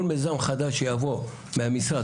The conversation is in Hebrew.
כל מיזם חדש שיבוא מהמשרד